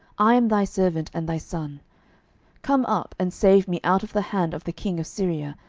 i am thy servant and thy son come up, and save me out of the hand of the king of syria,